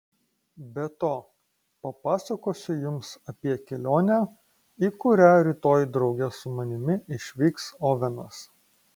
be to papasakosiu jums apie kelionę į kurią rytoj drauge su manimi išvyks ovenas